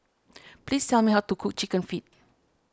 please tell me how to cook Chicken Feet